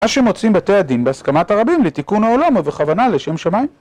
או שהם מוצאים בתי הדין בהסכמת הרבים לתיקון העולם ובכוונה לשם שמיים.